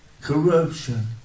corruption